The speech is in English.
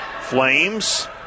Flames